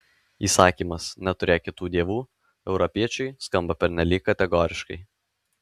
įsakymas neturėk kitų dievų europiečiui skamba pernelyg kategoriškai